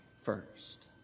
first